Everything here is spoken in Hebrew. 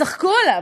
צחקו עליו,